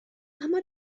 اما